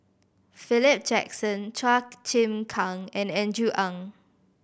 Philip Jackson Chua Chim Kang and Andrew Ang